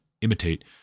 imitate